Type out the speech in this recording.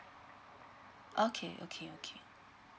okay okay okay